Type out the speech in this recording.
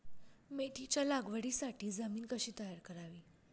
मेथीच्या लागवडीसाठी जमीन कशी तयार करावी?